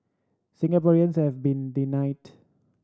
Singaporeans have been denied